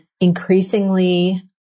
increasingly